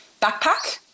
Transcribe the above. backpack